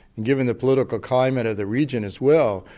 given the political climate of the region as well,